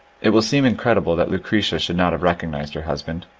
it will seem incredible that lucretia should not have recognized her husband.